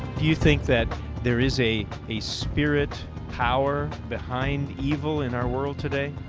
do you think that there is a a spirit power behind evil in our world today?